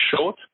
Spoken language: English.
short